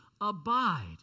Abide